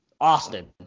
Austin